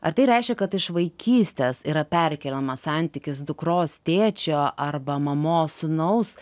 ar tai reiškia kad iš vaikystės yra perkeliamas santykis dukros tėčio arba mamos sūnaus